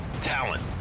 talent